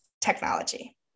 technology